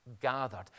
Gathered